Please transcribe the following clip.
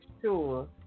sure